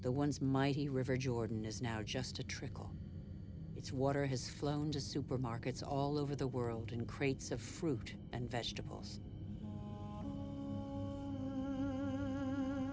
the once mighty river jordan is now just a trickle its water has flown to supermarkets all over the world and crates of fruit and vegetables